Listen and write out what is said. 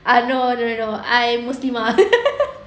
I know you know I'm